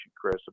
Chris